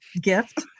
gift